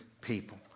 people